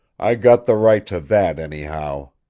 i got the right to that, anyhow.